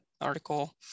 article